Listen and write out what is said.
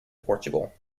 portugal